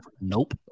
Nope